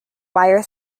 wire